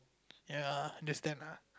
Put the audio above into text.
ya there's that lah